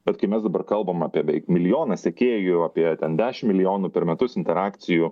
bet kai mes dabar kalbam apie beveik milijoną sekėjų apie ten dešimt milijonų per metus interakcijų